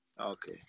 okay